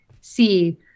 see